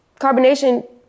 carbonation